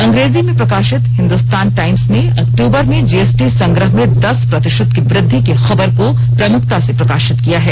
अंग्रेजी में प्रकाशित हिन्दुस्तान टाईम्स ने अक्टूबर में जीएसटी संग्रह में दस प्रतिशत की वृद्धि की खबर को प्रमुखता से प्रकाशित किया है